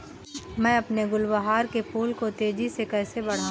मैं अपने गुलवहार के फूल को तेजी से कैसे बढाऊं?